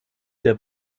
der